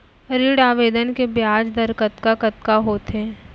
ऋण आवेदन के ब्याज दर कतका कतका होथे?